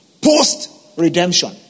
post-redemption